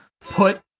put